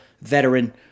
veteran